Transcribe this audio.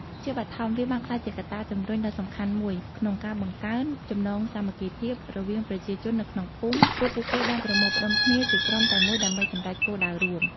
ជាបឋម វាបានក្លាយជាកត្តាជំរុញដ៏សំខាន់មួយក្នុងការបង្កើន ចំណងសាមគ្គីភាព រវាងប្រជាជននៅក្នុងភូមិ ព្រោះពួកគេបានប្រមូលផ្តុំគ្នាជាក្រុមតែមួយដើម្បីសម្រេចគោលដៅរួម។